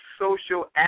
social